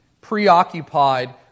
preoccupied